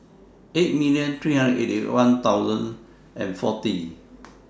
eight million three hundred and eighty thousand and forty